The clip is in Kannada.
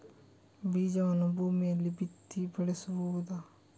ಬೀಜವನ್ನು ಭೂಮಿಯಲ್ಲಿ ಬಿತ್ತಿ ಬೆಳೆಸುವುದಾ?